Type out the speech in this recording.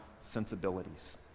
sensibilities